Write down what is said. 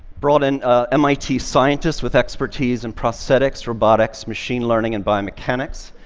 brought in mit scientists with expertise in prosthetics, robotics, machine learning and biomechanics,